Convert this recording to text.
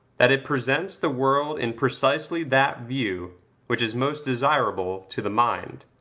that it presents the world in precisely that view which is most desirable to the mind.